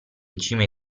cime